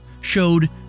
showed